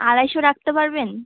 আড়াইশো রাখতে পারবেন